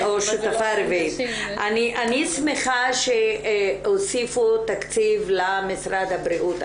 אני שמחה שהוסיפו תקציב למשרד הבריאות.